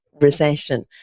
recession